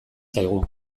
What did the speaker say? zaigu